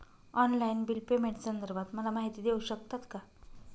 Online bill पेमेंटसंदर्भात मला माहिती देऊ शकतात का?